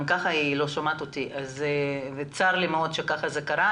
מאוד שכך קרה,